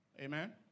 amen